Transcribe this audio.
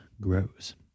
grows